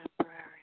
temporary